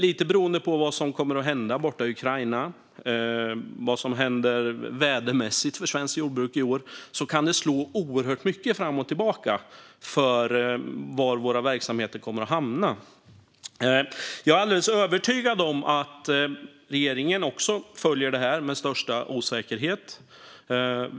Lite beroende på vad som kommer att hända i Ukraina och vad som kommer att hända vädermässigt för svenskt jordbruk i år kan det slå oerhört mycket fram och tillbaka när det gäller var våra verksamheter kommer att hamna. Jag är alldeles övertygad om att regeringen också följer detta med största osäkerhet.